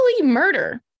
murder